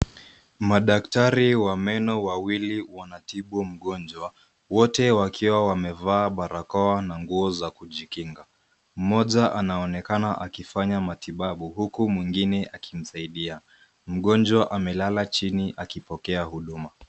Madaktari wa meno wawili wanatibu mgonjwa, wote wakiwa wamevaa barakoa na nguo za kujikinga. Mmoja anaonekana akifanya matibabu huku mwingine akimsaidia. Mgonjwa amelala chini akipokea huduma.